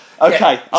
Okay